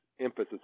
emphasis